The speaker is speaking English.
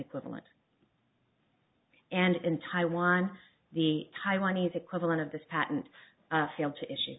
equivalent and in taiwan the taiwanese equivalent of this patent failed to issue